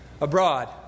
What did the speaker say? abroad